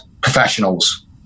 professionals